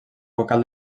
vocal